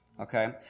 Okay